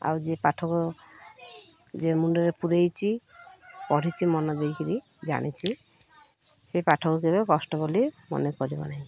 ଆଉ ଯେ ପାଠକ ଯେ ମୁଣ୍ଡରେ ପୁରେଇଛି ପଢ଼ିଛି ମନ ଦେଇକିରି ଜାଣିଛି ସେ ପାଠକୁ କେବେ କଷ୍ଟ ବୋଲି ମନେ କରିବ ନାହିଁ